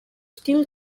still